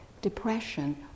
depression